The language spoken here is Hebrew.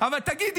אבל תגיד,